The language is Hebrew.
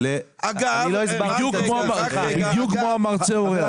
בדיוק כמו מרצה אורח.